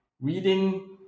reading